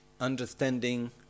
understanding